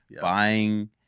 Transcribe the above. buying